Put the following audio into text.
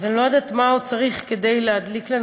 אז אני לא יודעת מה עוד צריך כדי להדליק את